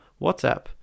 WhatsApp